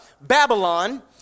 Babylon